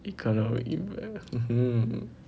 economy impact hmm hmm